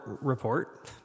report